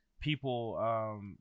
people